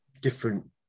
different